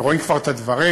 ורואים כבר את הדברים,